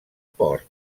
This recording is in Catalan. port